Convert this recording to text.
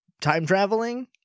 time-traveling